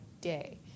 day